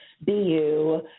BU